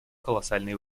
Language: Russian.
колоссальные